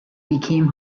became